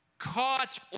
caught